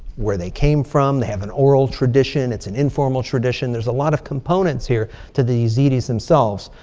where they came from. they have an oral tradition. it's an informal tradition. there's a lot of components here to the yazidis themselves.